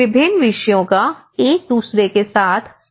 विभिन्न विषयों का एक दूसरे के साथ संबद्ध नहीं है